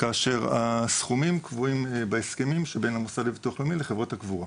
כאשר הסכומים קבועים בהסכמים שבין המוסד לביטוח לאומי לחברות הקבורה.